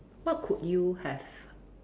what could you have